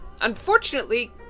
unfortunately